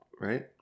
right